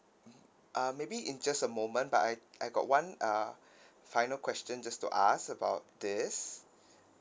uh maybe in just a moment but I I got one uh final question just to ask about this